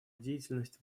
деятельность